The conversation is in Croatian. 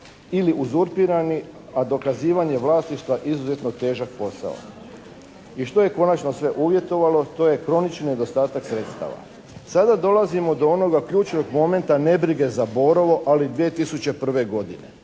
ili uzurpirani, a dokazivanje vlasništva izuzetno težak posao i što je konačno sve uvjetovalo to je kronični nedostatak sredstava. Sada dolazimo do onoga ključnog momenta nebrige za "Borovo", ali 2001. godine.